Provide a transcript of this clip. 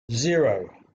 zero